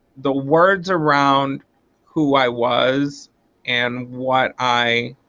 the words around who i was and what i